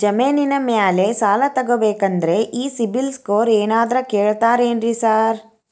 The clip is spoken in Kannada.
ಜಮೇನಿನ ಮ್ಯಾಲೆ ಸಾಲ ತಗಬೇಕಂದ್ರೆ ಈ ಸಿಬಿಲ್ ಸ್ಕೋರ್ ಏನಾದ್ರ ಕೇಳ್ತಾರ್ ಏನ್ರಿ ಸಾರ್?